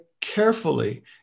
carefully